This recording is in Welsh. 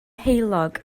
heulog